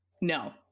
No